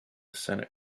senate